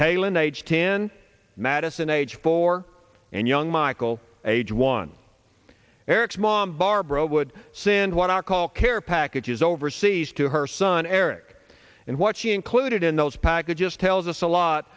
carolyn age ten madison age four and young michael age one eric's mom barbara would send what i call care packages overseas to her son eric and what she included in those packages tells us a lot